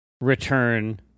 return